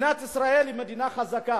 מדינת ישראל היא מדינה חזקה.